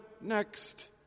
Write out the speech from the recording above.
next